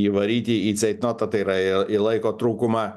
įvaryti į ceitnotą tai yra į laiko trūkumą